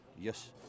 Yes